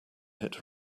hit